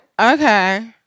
okay